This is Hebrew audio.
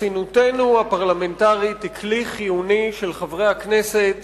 חסינותנו הפרלמנטרית היא כלי חיוני של חברי הכנסת